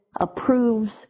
approves